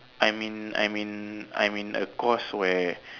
I'm in I'm in I'm in a course where